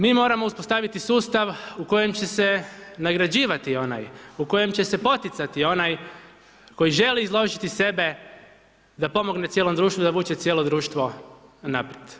Mi moramo uspostaviti sustav u kojem će se nagrađivati onaj, u kojem će se poticati onaj koji želi izložiti sebe da pomogne cijelom društvu, da vuče cijelo društvo naprijed.